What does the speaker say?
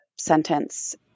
sentence